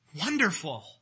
wonderful